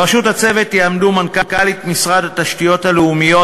בראשות הצוות יעמדו מנכ"לית משרד התשתיות הלאומיות,